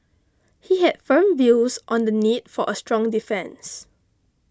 he had firm views on the need for a strong defence